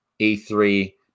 E3